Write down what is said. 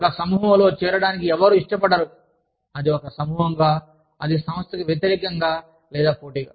ఒక సమూహంలో చేరడానికి ఎవరూ ఇష్టపడరు అది ఒక సమూహంగా అది సంస్థకు వ్యతిరేకంగా లేదా పోటీగా